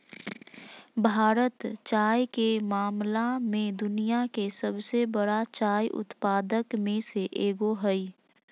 भारत चाय के मामला में दुनिया के सबसे बरा चाय उत्पादक में से एगो हइ